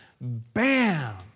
bam